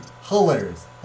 Hilarious